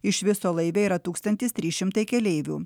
iš viso laive yra tūkstantis trys šimtai keleivių